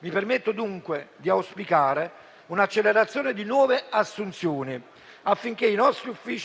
Mi permetto dunque di auspicare un'accelerazione di nuove assunzioni, affinché il personale